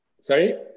Sorry